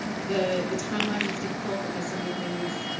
the the timeline was difficult because so many things